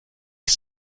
ich